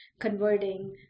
converting